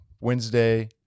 Wednesday